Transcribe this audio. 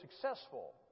successful